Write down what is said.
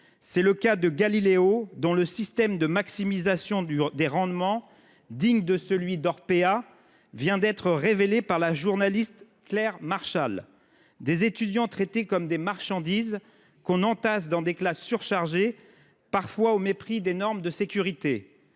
C’est le cas de Galileo, dont le système de maximisation des rendements, digne de celui d’Orpea, vient d’être révélé par la journaliste Claire Marchal : des étudiants traités comme de la marchandise, entassés dans des classes surchargées, quelquefois au mépris des normes de sécurité